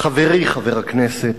חברי חברי הכנסת,